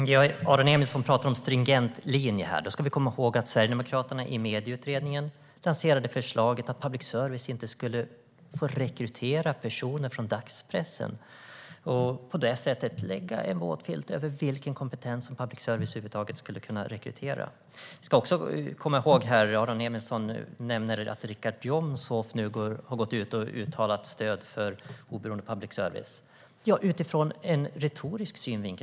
Fru talman! Aron Emilsson talar om stringent linje. Då ska vi komma ihåg att i Medieutredningen lanserade Sverigedemokraterna förslaget att public service inte skulle få rekrytera personer från dagspressen. På det sättet skulle man lägga en våt filt över vilken kompetens public service över huvud taget skulle kunna rekrytera. Aron Emilsson nämner att Richard Jomshof har uttalat stöd för oberoende public service, det vill säga utifrån en retorisk synvinkel.